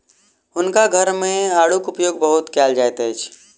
हुनका घर मे आड़ूक उपयोग बहुत कयल जाइत अछि